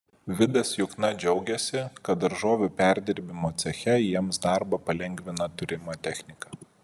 vidas jukna džiaugiasi kad daržovių perdirbimo ceche jiems darbą palengvina turima technika